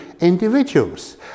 individuals